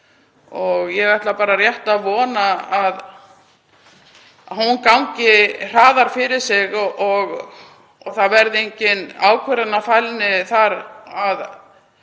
og ég ætla bara rétt að vona að hún gangi hraðar fyrir sig og það verði engin ákvarðanafælni þar, að